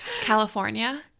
California